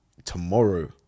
tomorrow